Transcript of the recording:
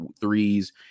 threes